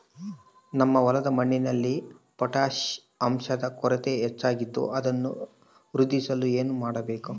ನಮ್ಮ ಹೊಲದ ಮಣ್ಣಿನಲ್ಲಿ ಪೊಟ್ಯಾಷ್ ಅಂಶದ ಕೊರತೆ ಹೆಚ್ಚಾಗಿದ್ದು ಅದನ್ನು ವೃದ್ಧಿಸಲು ಏನು ಮಾಡಬೇಕು?